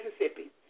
Mississippi